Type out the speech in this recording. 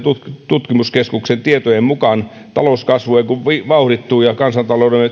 tutkimuskeskuksen tietojen mukaan talouskasvu ei kun vauhdittuu ja kansantalous